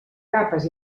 capes